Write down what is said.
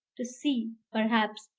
to see, perhaps,